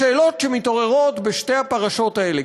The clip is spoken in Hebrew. השאלות שמתעוררות גם בשתי הפרשות האלה,